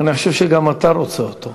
אני חושב שגם אתה רוצה אותו.